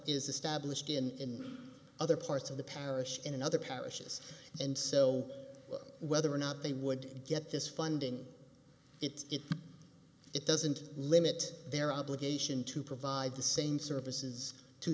is established in other parts of the parish in other parishes and so whether or not they would get this funding it's if it doesn't limit their obligation to provide the same services to